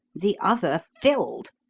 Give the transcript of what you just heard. the other filled.